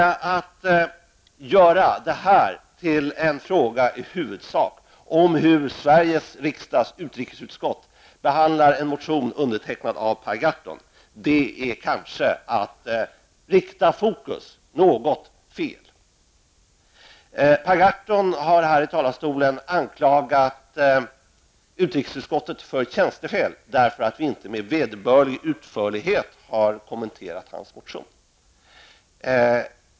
Att göra det här till en fråga som i huvudsak rör Sveriges riksdags utrikesutskotts behandling av en motion undertecknad av Per Gahrton är kanske att rikta fokus något fel. Per Gahrton har från denna talarstol anklagat utrikesutskottet för tjänstefel i och med att man inte med vederbörlig utförlighet har kommenterat hans motion.